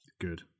Good